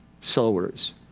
Sowers